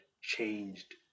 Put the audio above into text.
Changed